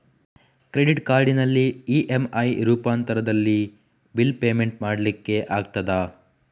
Credit ಕಾರ್ಡಿನಲ್ಲಿ EMI ರೂಪಾಂತರದಲ್ಲಿ bill payment ಮಾಡ್ಲಿಕ್ಕೆ ಆಗ್ತದ?